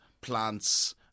plants